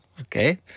okay